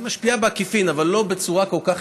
היא משפיעה בעקיפין אבל לא בצורה כל כך